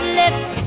lips